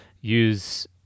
use